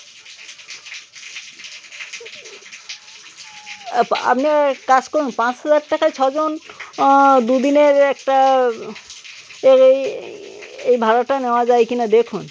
up আপনি এক কাজ করুন পাঁচ হাজার টাকায় ছজন দু দিনের একটা এর এই এই এই ভাড়াটা নেওয়া যায় কি না দেখুন